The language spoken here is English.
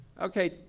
Okay